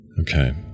Okay